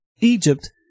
Egypt